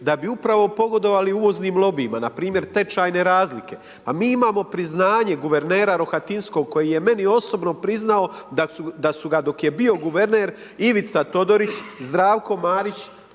da bi upravo pogodovali uvoznim lobijima, npr. tečajne razlike. Pa mi imamo priznanje guvernera Rohatinskog koji je meni osobno priznao da su ga dok je bio guverner Ivica Todorić, Zdravko Marić,